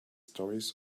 stories